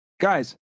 Guys